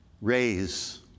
raise